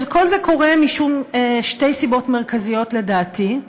כל זה קורה משתי סיבות מרכזיות, לדעתי,